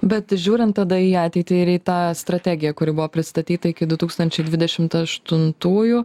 bet žiūrint tada į ateitį ir į tą strategiją kuri buvo pristatyta iki du tūkstančiai dvidešimt aštuntųjų